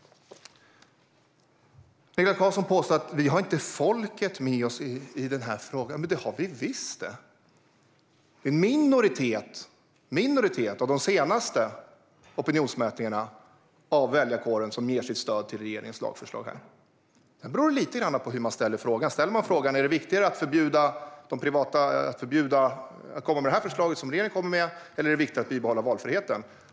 Niklas Karlsson påstår att vi inte har folket med oss i denna fråga. Det har vi visst. Enligt de senaste opinionsmätningarna är det en minoritet av väljarkåren som stöder regeringens lagförslag. Det beror också lite på hur man ställer frågan. Frågar man "Vad är viktigare, regeringens förslag eller att behålla valfriheten?"